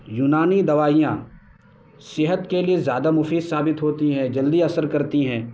یونانی دوائیاں صحت کے لیے زیادہ مفید ثابت ہوتی ہیں جلدی اثر کرتی ہیں